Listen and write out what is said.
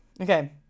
Okay